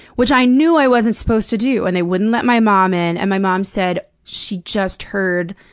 which i knew i wasn't supposed to do. and they wouldn't let my mom in, and my mom said she just heard,